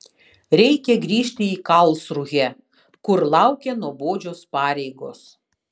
reikia grįžti į karlsrūhę kur laukia nuobodžios pareigos